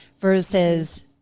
versus